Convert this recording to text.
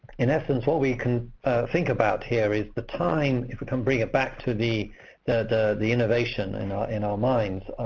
in essence, what we can think about here is the time, if we can bring it back to the the innovation and in our minds,